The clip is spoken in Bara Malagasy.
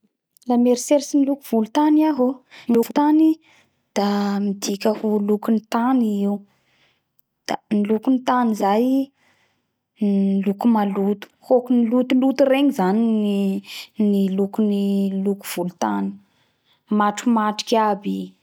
La mieritseritsy ny loko volotany aho o volotany da midika ho lokony tany da ny lokony tany zay loko maloto hokany lotoloto regny zany ny ny lokony lokony volotany matromatroky aby